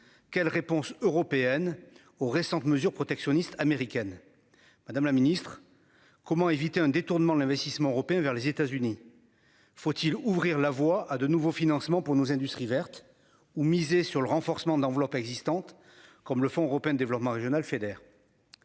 Quelle réponse européenne aux récentes mesures protectionnistes américaines. Madame la Ministre, comment éviter un détournement l'investissement européens vers les États-Unis. Faut-il ouvrir la voie à de nouveaux financements pour nos industries vertes ou miser sur le renforcement de l'enveloppe existante comme le Fonds européen développement régional Feder.